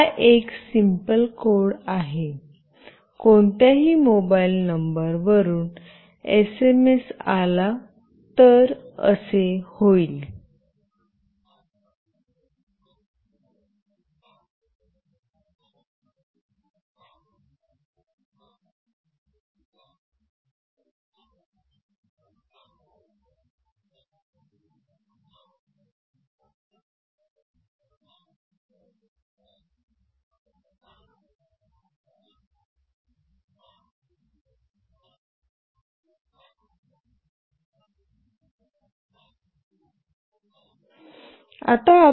हा एक simple code आहे कोणत्याही मोबाइल नंबर वरून एसएमएस आला तर असे होईल